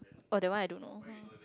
eh that one I don't know